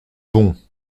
bons